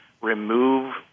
remove